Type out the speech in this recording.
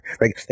right